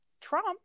Trump